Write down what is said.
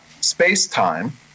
space-time